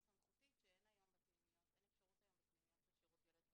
סמכותית כאשר היום אין אפשרות לתת בפנימיות של שירות ילד ונוער,